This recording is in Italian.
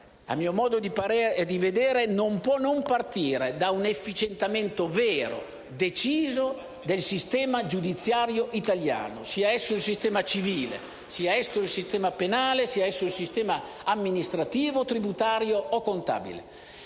a mio modo di vedere, non può non partire da un efficientamento vero e deciso del sistema giudiziario italiano *(Applausi del senatore Cuomo)* sia esso civile, penale, amministrativo, tributario o contabile.